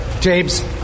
James